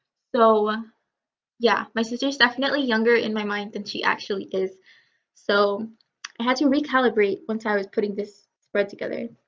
so yeah my sister is definitely younger in my mind than she actually is so i had to recalibrate once i was putting this spread together.